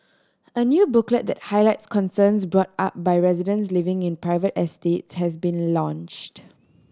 a new booklet that highlights concerns brought up by residents living in private estates has been launched